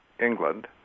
England